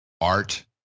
art